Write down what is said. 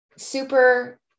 super